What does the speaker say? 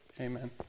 Amen